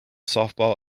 softball